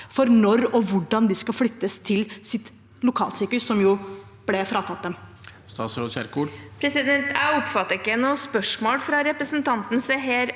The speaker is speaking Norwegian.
for når og hvordan de skal flyttes til sitt lokalsykehus, som ble fratatt dem. Statsråd Ingvild Kjerkol Jeg oppfattet ikke noe spørsmål fra representanten Seher